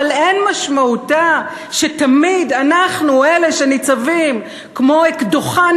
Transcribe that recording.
אבל אין משמעותה שתמיד אנחנו אלה שניצבים כמו אקדוחן